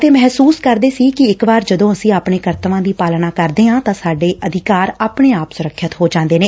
ਅਤੇ ਮਹਿਸੁਸ਼ ਕਰਦੇ ਸੀ ਇਕ ਵਾਰ ਜਦੋਂ ਅਸੀਂ ਆਪਣੇ ਕਰਤੱਵਾਂ ਦੀ ਪਾਲਣਾ ਕਰਦੇ ਹਾਂ ਤਾਂ ਸਾਡੇ ਅਧਿਕਾਰ ਆਪਣੇ ਆਪ ਸੁਰੱਖਿਅਤ ਹੋ ਜਾਂਦੇ ਨੇ